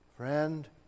Friend